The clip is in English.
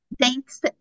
Thanks